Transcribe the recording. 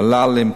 ול"לים,